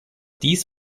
dies